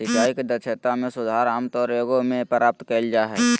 सिंचाई के दक्षता में सुधार आमतौर एगो में प्राप्त कइल जा हइ